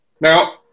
Now